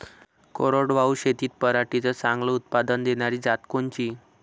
कोरडवाहू शेतीत पराटीचं चांगलं उत्पादन देनारी जात कोनची?